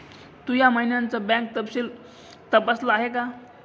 तू या महिन्याचं बँक तपशील तपासल आहे का?